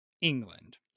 england